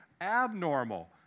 abnormal